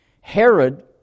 Herod